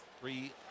three